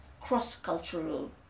cross-cultural